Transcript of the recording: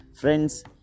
Friends